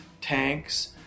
tanks